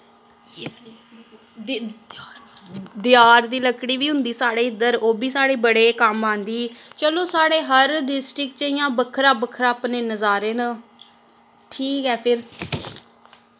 दी देआर दी लकड़ी बी होंदी साढ़े इद्धर ओह् बी साढ़े बड़े कम्म आंदी चलो साढ़े हर डिस्टिक च इ'यां बक्खरा बक्खरा अपने नजारे न ठीक ऐ फिर